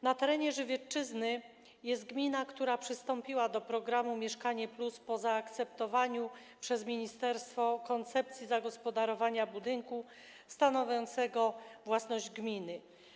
Na terenie Żywiecczyzny jest gmina, która przystąpiła do programu „Mieszkanie+” po zaakceptowaniu przez ministerstwo koncepcji zagospodarowania budynku stanowiącego własność gminy.